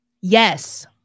Yes